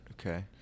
Okay